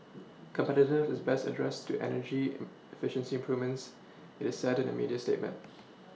competitiveness is best addressed through energy efficiency improvements it is said in a media statement